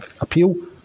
appeal